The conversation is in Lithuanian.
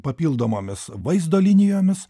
papildomomis vaizdo linijomis